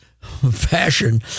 fashion